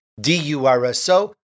D-U-R-S-O